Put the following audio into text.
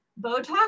Botox